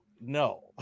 no